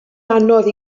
anodd